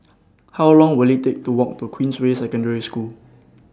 How Long Will IT Take to Walk to Queensway Secondary School